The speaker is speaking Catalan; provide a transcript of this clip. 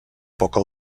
poca